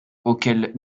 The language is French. auxquelles